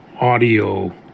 audio